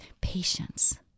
patience